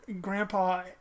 Grandpa